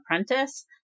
Apprentice